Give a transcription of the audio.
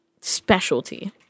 specialty